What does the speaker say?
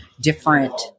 different